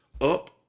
Up